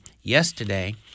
yesterday